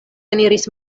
eniris